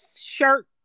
shirt